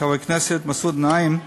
חבר הכנסת מסעוד גנאים,